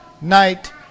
night